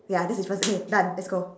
ya this difference K done let's go